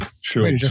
Sure